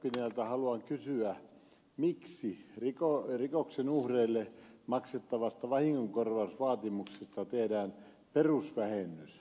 oikeustieteen oppineilta haluan kysyä miksi rikoksen uhreille maksettavasta vahingonkorvausvaatimuksesta tehdään perusvähennys